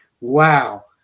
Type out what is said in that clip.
Wow